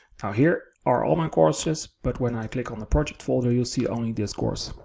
now here are all my courses. but when i click on the project folder, you'll see only this course.